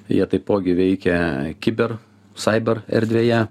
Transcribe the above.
jie taipogi veikia kiber cyber erdvėje